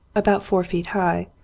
about four feet high,